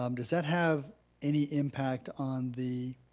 um does that have any impact on the